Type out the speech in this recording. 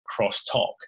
crosstalk